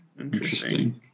Interesting